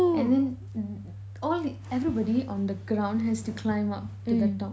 and then um all the~ everybody on the ground has to climb up to the top